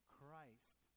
Christ